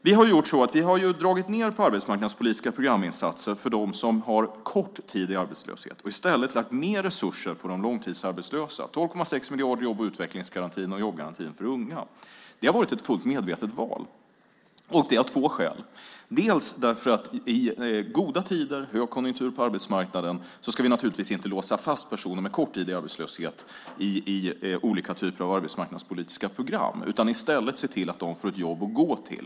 Vi har dragit ned på arbetsmarknadspolitiska programinsatser för dem som har kort tid i arbetslöshet och i stället lagt mer resurser på de långtidsarbetslösa - 12,6 miljarder i jobb och utvecklingsgarantin och i jobbgarantin för unga. Det har varit ett fullt medvetet val, och det av två skäl. Det första är att vi i goda tider med högkonjunktur på arbetsmarknaden naturligtvis inte ska låsa fast personer med kort tid i arbetslöshet i olika typer av arbetsmarknadspolitiska program utan i stället se till att de får ett jobb att gå till.